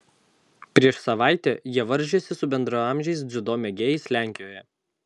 prieš savaitę jie varžėsi su bendraamžiais dziudo mėgėjais lenkijoje